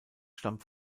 stammt